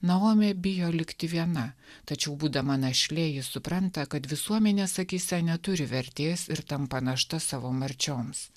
naomė bijo likti viena tačiau būdama našlė ji supranta kad visuomenės akyse neturi vertės ir tampa našta savo marčioms